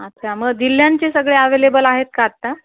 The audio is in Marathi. अच्छा मग जिल्ल्यांचे सगळे अवेलेबल आहेत का आत्ता